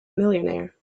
millionaire